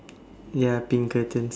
ya pink curtains